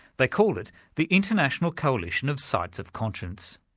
they called it the international coalition of sites of conscience.